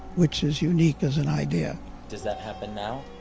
which is unique as an idea does that happen now?